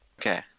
Okay